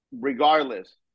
regardless